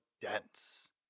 dense